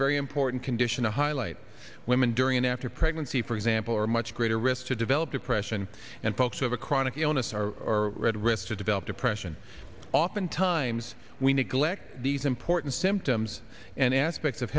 very important condition to highlight women during and after pregnancy for example or much greater risk to develop depression and folks who have a chronic illness are read risk to develop depression oftentimes we neglect these important symptoms and aspects of